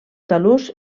talús